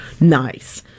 nice